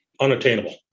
unattainable